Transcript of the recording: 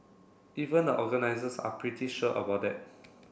even the organisers are pretty sure about that